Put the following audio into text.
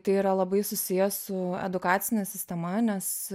tai yra labai susiję su edukacine sistema nes